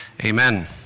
Amen